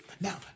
Now